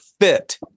fit